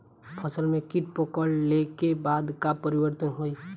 फसल में कीट पकड़ ले के बाद का परिवर्तन होई?